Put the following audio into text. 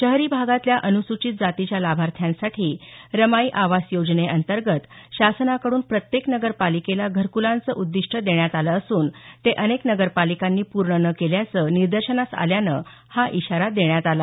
शहरी भागातल्या अनुसूचित जातीच्या लाभार्थ्यांसाठी रमाई आवास योजनेंतर्गत शासनाकडून प्रत्येक नगर पालिकेला घरकलांचं उदिष्ट देण्यात आलं असून ते अनेक नगर पालिकांनी पूर्ण न केल्याचं निदर्शनास आल्यानं हा इशारा देण्यात आला